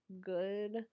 good